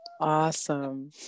Awesome